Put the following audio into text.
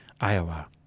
Iowa